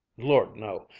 lord, no!